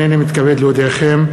הנני מתכבד להודיעכם,